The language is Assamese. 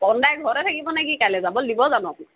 কণ দাই ঘৰতে থাকিব নে কি কাইলৈ যাবলৈ দিব জানো আপুনি